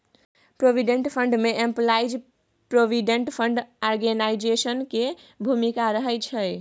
provident fund में employees provident fund organisation के भूमिका रहइ छइ